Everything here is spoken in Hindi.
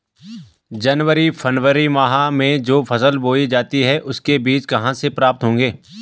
जनवरी फरवरी माह में जो फसल बोई जाती है उसके बीज कहाँ से प्राप्त होंगे?